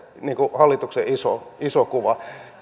hallituksen iso iso kuva